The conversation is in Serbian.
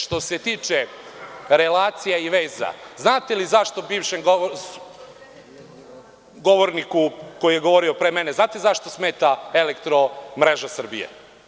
Što se tiče relacije i veza, znate li zašto bivšem govorniku, koji je govorio pre mene, znate zašto smetam Elektromreža Srbije?